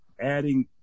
adding